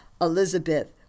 Elizabeth